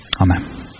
Amen